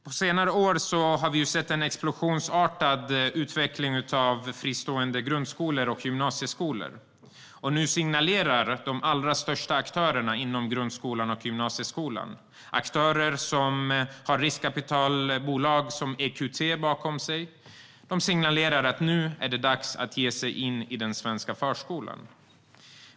På senare år har vi sett en explosionsartad utveckling av fristående grundskolor och gymnasieskolor. Nu signalerar de allra största aktörerna inom grundskolan och gymnasieskolan - aktörer som har riskkapitalbolag som EQT bakom sig - att det är dags att ge sig in i den svenska förskolan.